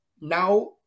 now